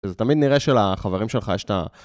אז תמיד נראה שלחברים שלך יש את ה...